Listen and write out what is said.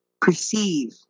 perceive